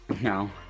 No